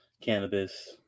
cannabis